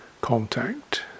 Contact